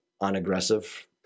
unaggressive